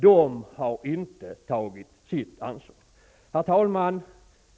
De har inte tagit sitt ansvar. Herr talman!